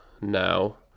now